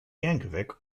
yankovic